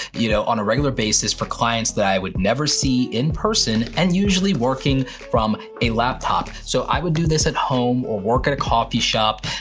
you know, on a regular basis for clients that i would never see in person and usually working from a laptop. so i would do this at home or work at a coffee shop.